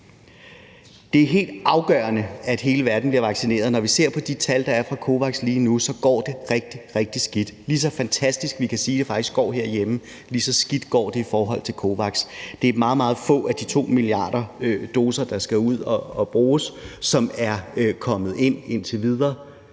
Det er helt afgørende, at hele verden bliver vaccineret. Når vi ser på de tal, der er fra COVAX lige nu, så går det rigtig, rigtig skidt. Lige så fantastisk vi kan sige det faktisk går herhjemme, lige så skidt går det i forhold til COVAX. Det er meget, meget få af de 2 milliarder doser, der skal ud at bruges, som er kommet ind indtil videre,